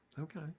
Okay